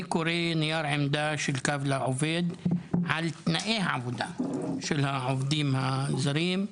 אני קורא נייר עמדה של קו לעובד על תנאי העבודה של העובדים הזרים.